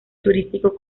turístico